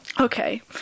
okay